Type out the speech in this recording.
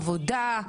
עבודה,